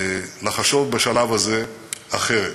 סיבה לחשוב בשלב הזה אחרת.